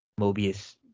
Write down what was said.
Mobius